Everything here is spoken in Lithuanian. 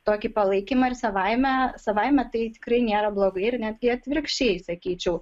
tokį palaikymą ir savaime savaime tai tikrai nėra blogai ir netgi atvirkščiai sakyčiau